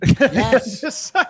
Yes